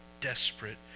desperate